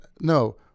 No